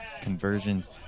conversions